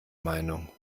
meinung